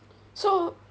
so